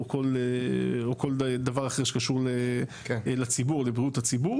או כל דבר אחר שקשור לבריאות הציבור,